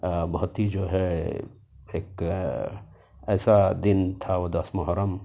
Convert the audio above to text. بہت ہی جو ہے ایک ایسا دن تھا وہ دس محرم